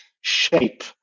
shape